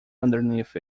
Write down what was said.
underneath